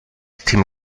tim